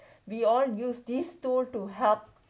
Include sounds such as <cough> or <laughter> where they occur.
<breath> we all use this tool to help